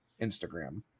Instagram